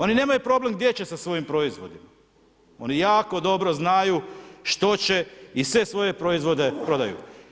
Oni nemaju problem gdje će sa svojim proizvodima, oni jako dobro znaju što će i sve svoje proizvode prodaju.